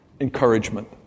Encouragement